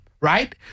Right